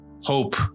hope